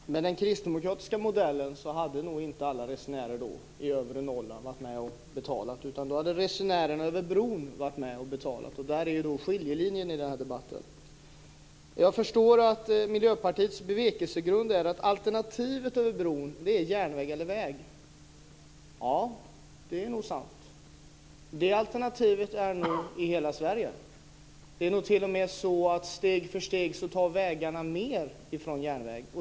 Fru talman! Med den kristdemokratiska modellen hade nog inte alla resenärer i övre Norrland varit med och betalat. Då hade resenärerna över bron varit med och betalat. Där går skiljelinjen i den här debatten. Jag förstår att Miljöpartiets bevekelsegrund är att alternativen över bron är järnväg eller väg. Det är nog sant. De alternativen gäller säkert i hela Sverige. Det är nog t.o.m. så att vägarna steg för steg tar över mer från järnvägen.